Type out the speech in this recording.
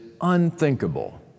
unthinkable